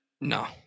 no